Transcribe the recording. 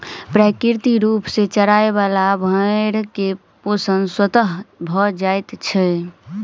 प्राकृतिक रूप सॅ चरय बला भेंड़ के पोषण स्वतः भ जाइत छै